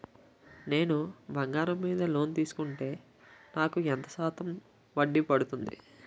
నేను బంగారం మీద లోన్ తీసుకుంటే నాకు ఎంత శాతం వడ్డీ పడుతుంది?